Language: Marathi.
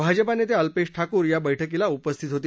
भाजपा नेते अल्पेश ठाकूर या बैठकीला उपस्थित होते